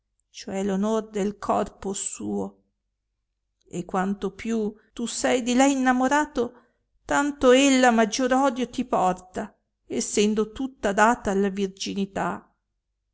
cioè l onor del corpo suo e quanto più tu sei di lei innamorato tanto ella maggior odio ti porta essendo tutta data alla virginità